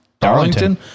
Darlington